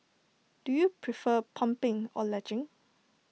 do you prefer pumping or latching